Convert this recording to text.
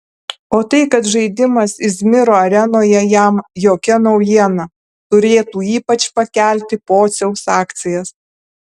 o tai kad žaidimas izmiro arenoje jam jokia naujiena turėtų ypač pakelti pociaus akcijas